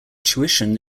tuition